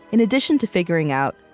in addition to figuring out,